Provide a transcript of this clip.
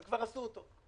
הם כבר עשו אותו.